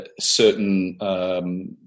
certain